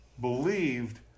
believed